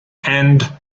and